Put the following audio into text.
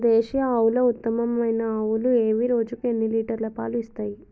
దేశీయ ఆవుల ఉత్తమమైన ఆవులు ఏవి? రోజుకు ఎన్ని లీటర్ల పాలు ఇస్తాయి?